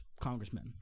congressman